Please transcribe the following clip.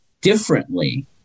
differently